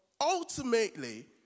ultimately